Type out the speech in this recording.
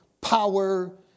power